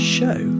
Show